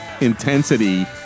intensity